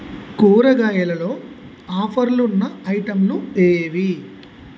కూరగాయలలో ఆఫర్లున్న ఐటెంలు ఏవి